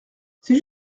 c’est